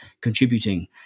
contributing